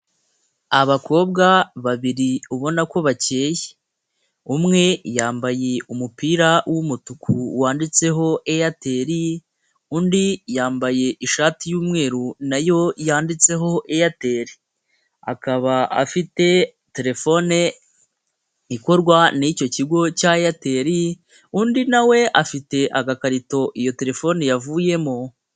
Abakobwa babiri ubona ko bakeye, umwe yambaye umupira w'umutuku wanditseho Airtel, undi yambaye ishati y'umweru na yo yanditseho Airtel, akaba afite telefone ikorwa n'icyo kigo cya Airtel, undi na we afite agakarito iyo telefone yavuyemo.